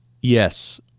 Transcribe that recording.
yes